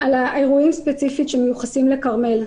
על אירועים ספציפיים שמיוחסים לכרמל מעודה.